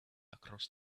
across